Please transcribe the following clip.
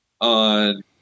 on